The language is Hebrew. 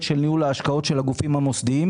של ניהול ההשקעות של הגופים המוסדיים,